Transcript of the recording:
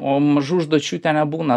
o mažų užduočių ten nebūna